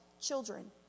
children